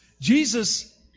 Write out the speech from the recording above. Jesus